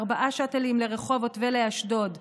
ארבעה שאטלים לרחובות ולאשדוד ב-20:40,